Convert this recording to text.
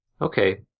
Okay